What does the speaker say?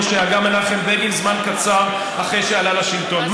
שהגה מנחם בגין זמן קצר אחרי שעלה לשלטון.